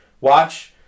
watch